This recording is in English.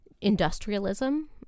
Industrialism